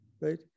right